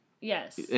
Yes